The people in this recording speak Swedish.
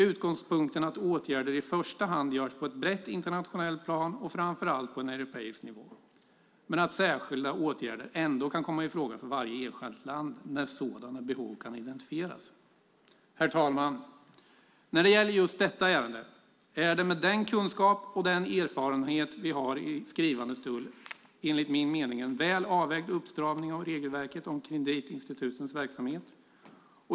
Utgångspunkten är att åtgärder i första hand görs på ett brett internationellt plan och framför allt på en europeisk nivå, men att särskilda åtgärder ändå kan komma i fråga för varje enskilt land när sådana behov kan identifieras. Herr talman! När det gäller just detta ärende är detta, med den kunskap och den erfarenhet vi har i skrivande stund, enligt min mening en väl avvägd uppstramning av regelverket för kreditinstitutens verksamhet.